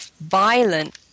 violent